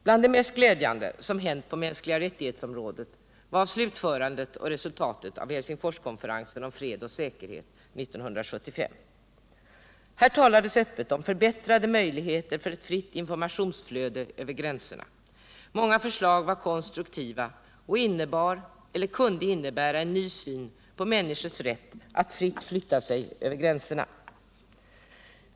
Bland det mest glädjande som hänt på området mänskliga rättigheter var slutförandet och resultatet av Helsingforskonferensen om fred och säkerhet 1975. Här talades öppet om förbättrade möjligheter för ett fritt informationsflöde över gränserna. Många förslag var konstruktiva och innebar, eller kunde innebära, en ny syn på människors rätt att fritt förflytta sig över gränserna.